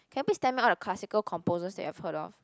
can you please tell me all the classical composers that you've heard of